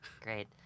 Great